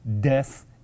death